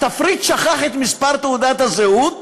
התפריט שכח את מספר תעודת הזהות